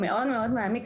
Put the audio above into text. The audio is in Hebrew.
הוא מאוד מאוד מעמיק,